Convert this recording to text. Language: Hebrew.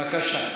בבקשה.